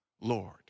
Lord